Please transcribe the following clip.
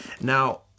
Now